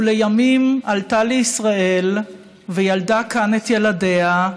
ולימים עלתה לישראל וילדה כאן את ילדיה,